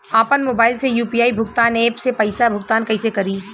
आपन मोबाइल से यू.पी.आई भुगतान ऐपसे पईसा भुगतान कइसे करि?